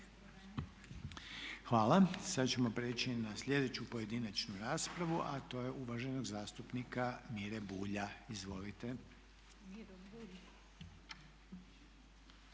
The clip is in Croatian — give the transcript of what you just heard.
Hvala. Sad ćemo prijeći na sljedeću pojedinačnu raspravu, a to je uvaženog zastupnika Mire Bulja. Izvolite.